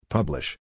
Publish